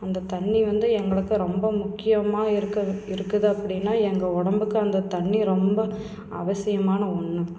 அந்த தண்ணி வந்து எங்களுக்கு ரொம்ப முக்கியமாக இருக்க இருக்குது அப்படின்னா எங்கள் உடம்புக்கு அந்த தண்ணி ரொம்ப அவசியமான ஒன்று